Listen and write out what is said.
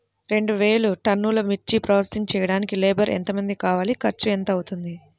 రెండు వేలు టన్నుల మిర్చి ప్రోసెసింగ్ చేయడానికి లేబర్ ఎంతమంది కావాలి, ఖర్చు ఎంత అవుతుంది?